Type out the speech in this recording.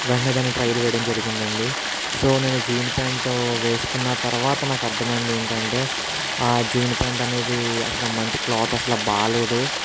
వెంటనే దాన్ని ట్రైయలు వేయడం జరిగింది అండి సో నేను జీన్ ప్యాంటు వేసుకున్న తరువాత నాకు అర్థమైంది ఏంటంటే ఆ జీన్ ప్యాంటు అనేది అసలు మంచి క్లాత్ అసలు బాలేదు